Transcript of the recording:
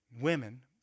women